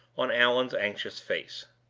on allan's anxious face.